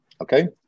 Okay